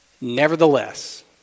nevertheless